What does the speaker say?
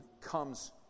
comes